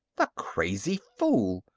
the crazy fool!